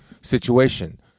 situation